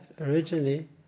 originally